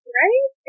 right